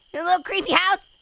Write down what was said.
a little creepy house,